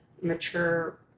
mature